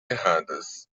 erradas